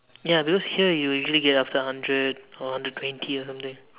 ya because here you usually get up to hundred or up to hundred twenty or something